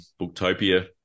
Booktopia